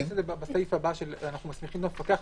--- אולי נכניס את זה בסעיף הבא שאנחנו מסמיכים את המפקח,